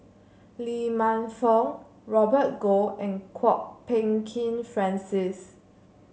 Lee Man Fong Robert Goh and Kwok Peng Kin Francis